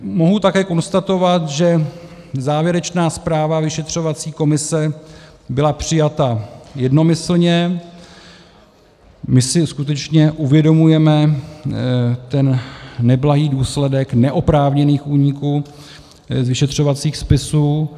Mohu také konstatovat, že závěrečná zpráva vyšetřovací komise byla přijata jednomyslně, my si skutečně uvědomujeme ten neblahý důsledek neoprávněných úniků z vyšetřovacích spisů.